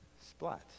splat